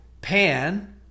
Pan